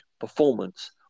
performance